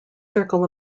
circle